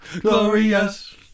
glorious